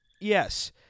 Yes